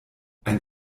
ein